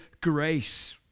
grace